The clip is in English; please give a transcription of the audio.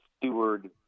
steward